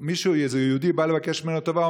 איזה יהודי בא לבקש ממנו טובה,